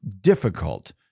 difficult